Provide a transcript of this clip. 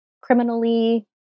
criminally